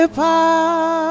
power